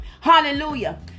Hallelujah